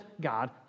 God